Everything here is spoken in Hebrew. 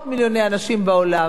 השפה העברית שלנו,